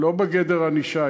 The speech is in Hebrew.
לא בגדר ענישה.